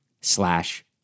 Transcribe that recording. slash